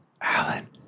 Alan